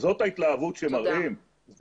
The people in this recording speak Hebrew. זאת ההתלהבות שמראים?